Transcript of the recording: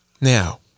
Now